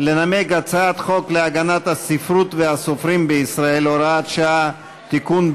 לנמק את הצעת החוק להגנת הספרות והסופרים בישראל (הוראת שעה) (תיקון,